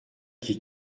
qui